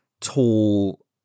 tall